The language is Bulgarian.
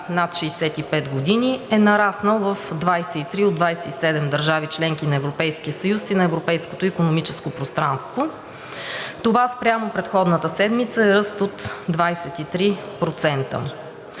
над 65 години е нараснал в 23 от 27 държави – членки на Европейския съюз и на европейското икономическо пространство. Това спрямо предходната седмица е ръст от 23%.